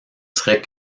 serait